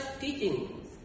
teachings